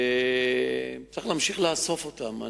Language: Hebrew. צריך להמשיך לאסוף אותם.